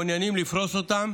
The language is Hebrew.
ומעוניינים לפרוס אותם,